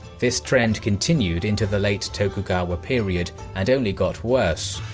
this trend continued into the late tokugawa period and only got worse,